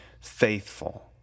faithful